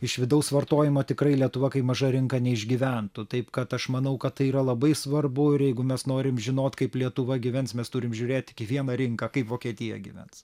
iš vidaus vartojimo tikrai lietuva kaip maža rinka neišgyventų taip kad aš manau kad tai yra labai svarbu ir jeigu mes norim žinot kaip lietuva gyvens mes turim žiūrėt į vieną rinką kaip vokietija gyvens